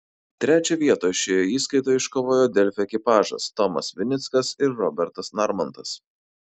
trečią vietą šioje įskaitoje iškovojo delfi ekipažas tomas vinickas ir robertas narmontas